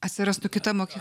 atsirastų kita mokykla